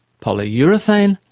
polyurethanes,